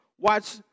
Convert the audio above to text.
Watch